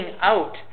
out